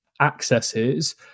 accesses